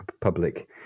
public